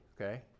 Okay